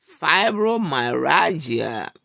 fibromyalgia